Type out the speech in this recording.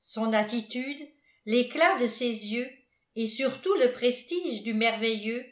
son attitude l'éclat de ses yeux et surtout le prestige du merveilleux